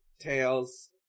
Tails